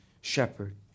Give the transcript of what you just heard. shepherd